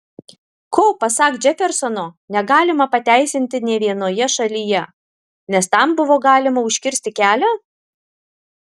ko pasak džefersono negalima pateisinti nė vienoje šalyje nes tam buvo galima užkirsti kelią